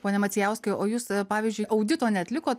pone macijauskai o jūs pavyzdžiui audito neatlikot